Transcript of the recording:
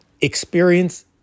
experience